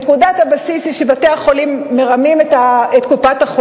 נקודת הבסיס היא שבתי-החולים מרמים את קופת-החולים,